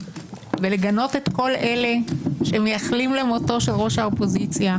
ולגנות את כל אלה שמייחלים למותו של ראש האופוזיציה.